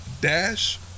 dash